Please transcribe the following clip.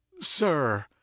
sir